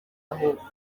bakiganiraho